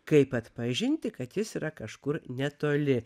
kaip atpažinti kad jis yra kažkur netoli